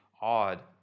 odd